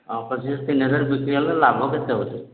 ତିନିହଜାର ବିକ୍ରି ହେଲେ ଲାଭ କେତେ ହେଉଛି